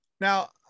Now